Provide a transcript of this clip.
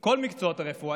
את כל מקצועות הרפואה.